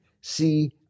See